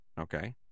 Okay